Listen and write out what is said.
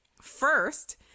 first